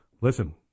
Listen